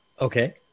Okay